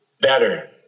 better